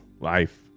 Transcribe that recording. life